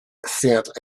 sent